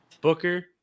Booker